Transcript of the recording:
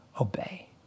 obey